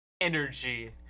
energy